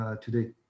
today